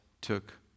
took